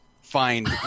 find